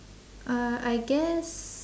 uh I guess